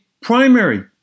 primary